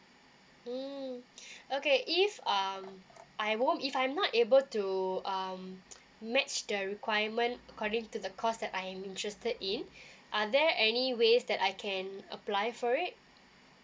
mm okay if um I won't if I'm not able to um match their requirement according to the course that I'm interested in lare there any ways that I can apply for it